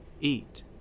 eat